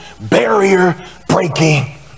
barrier-breaking